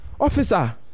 officer